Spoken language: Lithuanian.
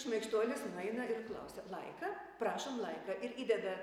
šmaikštuolis nueina ir klausia laiką prašom laiką ir įdeda